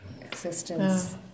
Existence